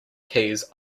keys